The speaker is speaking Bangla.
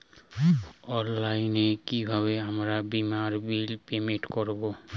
অনলাইনে কিভাবে আমার বীমার বিল পেমেন্ট করবো?